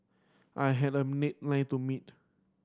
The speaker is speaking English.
I had a line to meet